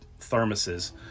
thermoses